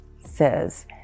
says